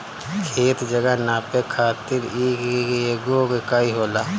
खेत, जगह नापे खातिर इ एगो इकाई होला